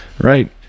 right